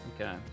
Okay